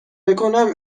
بکنم